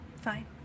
Fine